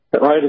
Right